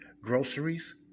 groceries